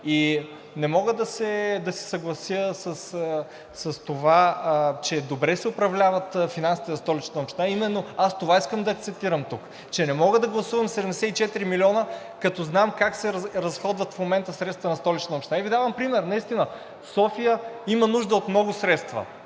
Не мога да се съглася с това, че добре се управляват финансите на Столична община. Именно на това искам да акцентирам тук, че не мога да гласувам 74 милиона, като знам как се разходват в момента средствата на Столична община. И Ви давам пример. Наистина София има нужда от много средства